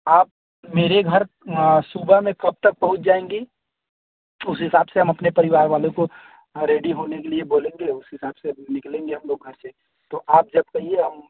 आप मेरे घर सुबह में कब तक पहुँच जाएँगी उस हिसाब से हम अपने परिवार वालों को रेडी होने के लिए बोलेंगे उस हिसाब से निकलेंगे हम लोग घर से तो जब कहिए हम